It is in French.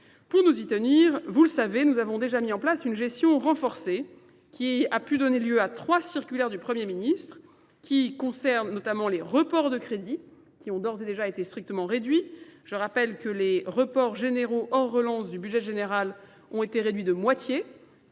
Pour nous y tenir, vous le savez, nous avons déjà mis en place une gestion renforcée qui a pu donner lieu à trois circulaires du Premier ministre, qui concerne notamment les reports de crédit qui ont d'ores et déjà été strictement réduits. Je rappelle que les reports généraux hors relance du budget général ont été réduits de moitié